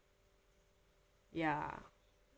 ya